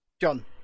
John